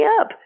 up